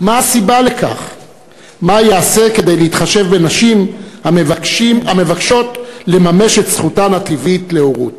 3. מה ייעשה כדי להתחשב בנשים המבקשות לממש את זכותן הטבעית להרות?